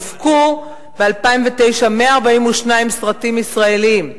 הופקו ב-2009 142 סרטים ישראליים,